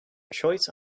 choice